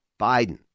Biden